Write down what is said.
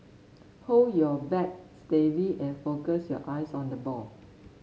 hold your bat steady and focus your eyes on the ball